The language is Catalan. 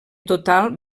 total